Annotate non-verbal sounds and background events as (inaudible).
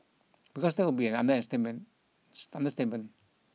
because that would be understatement (unintelligible)